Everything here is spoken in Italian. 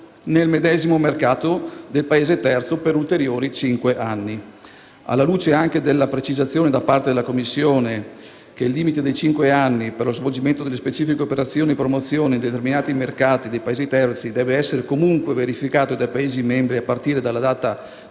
nel medesimo mercato del Paese terzo per ulteriori cinque anni. Alla luce anche della precisazione da parte della Commissione che il limite di cinque anni per lo svolgimento di specifiche operazioni di promozione in determinati mercati dei Paesi terzi deve essere comunque verificato dai Paesi membri a partire dalla data di